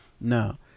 No